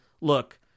Look